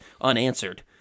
unanswered